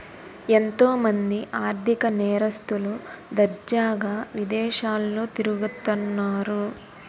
ఎంతో మంది ఆర్ధిక నేరస్తులు దర్జాగా విదేశాల్లో తిరుగుతన్నారు